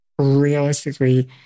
realistically